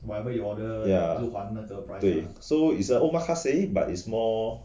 ya 对 so it's an omakase but it's more